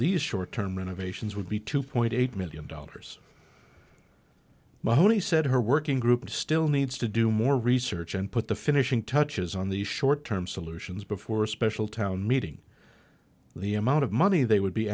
these short term renovations would be two point eight million dollars mahoney said her working group still needs to do more research and put the finishing touches on the short term solutions before a special town meeting the amount of money they would be